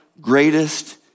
greatest